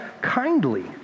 kindly